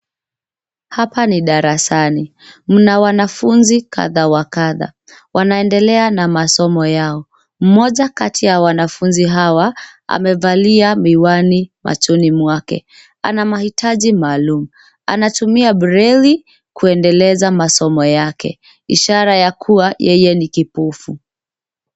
Hapa ni darasani mnawanafunzi kadha wa kadha wanaendelea na masomo yao. Mmoja kati ya wanafunzi hawa amevalia miwani machoni mwake. Anamahitaji maalum. Anatumia breli kuendeleza masomo yake ishara ya kuwa yeye ni kipofu..